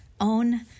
own